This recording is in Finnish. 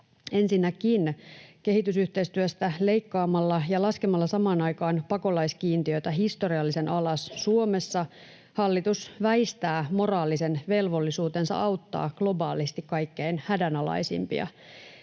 Ensinnäkin kehitysyhteistyöstä leikkaamalla ja laskemalla samaan aikaan pakolaiskiintiötä historiallisen alas Suomessa hallitus väistää moraalisen velvollisuutensa auttaa globaalisti kaikkein hädänalaisimpia.